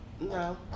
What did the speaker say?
No